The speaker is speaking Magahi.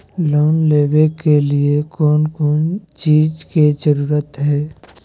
लोन लेबे के लिए कौन कौन चीज के जरूरत है?